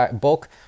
bulk